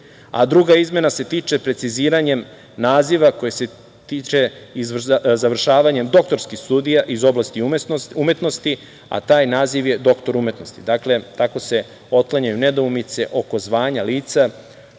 a druga izmena se tiče preciziranjem naziva koji se tiče završavanjem doktorskih studija iz oblasti umetnosti, a taj naziv je doktor umetnosti. Dakle, tako se otklanjaju nedoumice oko zvanja lica